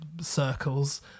circles